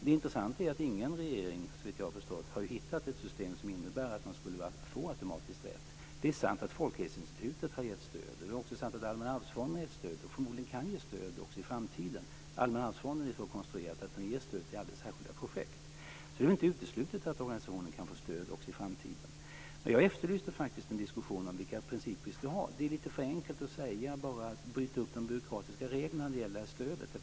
Det intressanta är att ingen regering, såvitt jag har förstått, har hittat ett system som innebär att man automatiskt skulle få rätt till stöd. Det är sant att Folkhälsoinstitutet har gett stöd. Det är också sant att Allmänna arvsfonden har gett stöd och förmodligen kan ge stöd också i framtiden. Allmänna arvsfonden är så konstruerad att den ger stöd till särskilda projekt. Det är inte uteslutet att organisationen kan få stöd också i framtiden. Jag efterlyste en diskussion om vilka principer vi ska ha. Det är lite för enkelt att säga att vi ska bryta upp de byråkratiska reglerna för stödet.